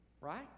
Right